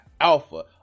alpha